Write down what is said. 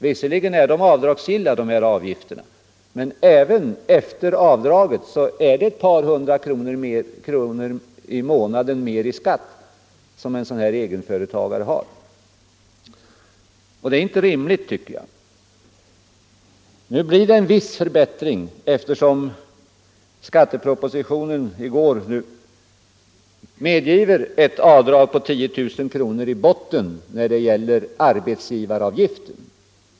Visserligen är avgiften avdragsgill, men även efter avdraget innebär det att egenföretagare får betala ett par hundra kronor mer i skatt per månad. Det är inte rimligt. Nu blir det en viss förbättring, eftersom gårdagens skattebeslut medger ett avdrag med 10 000 kronor i botten när det gäller arbetsgivaravgiften.